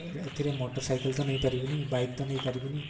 ଏଥିରେ ମୋଟର୍ସାଇକେଲ୍ ତ ନେଇପାରିବୁ ନି ବାଇକ୍ ତ ନେଇପାରିବୁ ନି